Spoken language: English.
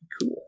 Cool